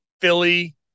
Philly